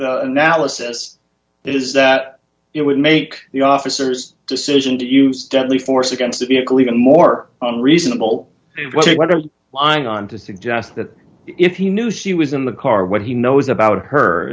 the analysis is that it would make the officers decision to use deadly force against a vehicle even more reasonable lying on to suggest that if he knew she was in the car what he knows about her